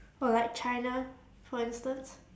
or like china for instance